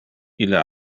ille